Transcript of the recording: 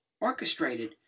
orchestrated